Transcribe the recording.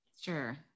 Sure